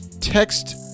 text